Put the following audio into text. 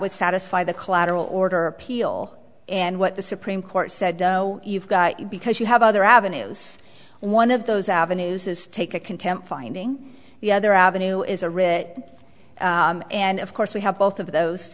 would satisfy the collateral order appeal and what the supreme court said you've got because you have other avenues one of those avenues is take a contempt finding the other avenue is a writ and of course we have both of those